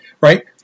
Right